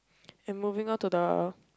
and moving on to the